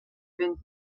fynd